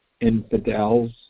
infidels